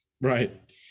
right